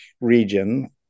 region